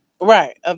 Right